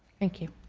thank you.